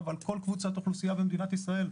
על כל קבוצת האוכלוסייה במדינת ישראל,